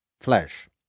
flesh